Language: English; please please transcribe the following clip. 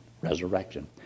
resurrection